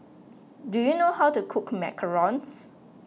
do you know how to cook Macarons